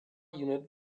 unit